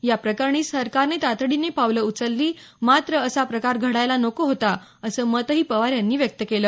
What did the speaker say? या प्रकरणी सरकारने तातडीने पावलं उचलली मात्र असा प्रकार घडायला नको होता असं मतही पवार यांनी व्यक्त केलं